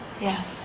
Yes